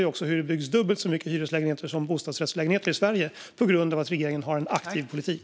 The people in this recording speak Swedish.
Nu ser vi hur det byggs dubbelt så många hyreslägenheter än bostadsrättslägenheter i Sverige tack vare att regeringen har en aktiv politik.